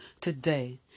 today